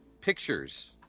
Pictures